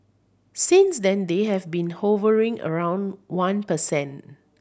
since then they have been hovering around one per cent